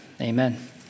Amen